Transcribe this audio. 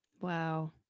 wow